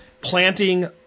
planting